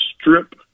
strip